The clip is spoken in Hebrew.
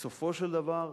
בסופו של דבר,